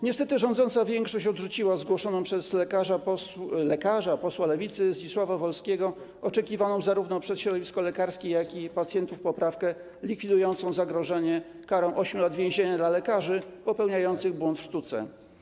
Niestety rządząca większość odrzuciła zgłoszoną przez lekarza, posła Lewicy Zdzisława Wolskiego, oczekiwaną zarówno przez środowisko lekarskie, jak i pacjentów, poprawkę likwidującą zagrożenie karą 8 lat więzienia dla lekarzy popełniających błąd w sztuce.